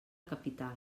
capital